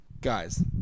guys